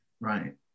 Right